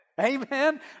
Amen